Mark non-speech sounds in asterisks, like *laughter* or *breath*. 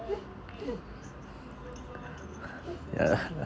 *breath* yeah